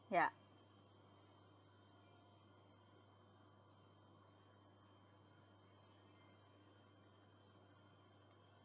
ya